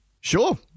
Sure